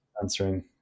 answering